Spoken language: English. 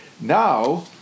now